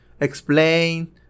explain